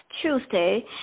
Tuesday